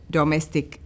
domestic